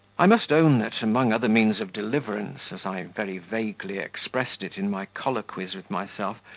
i must own that, among other means of deliverance, as i very vaguely expressed it in my colloquies with myself,